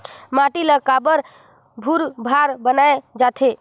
माटी ला काबर भुरभुरा बनाय जाथे?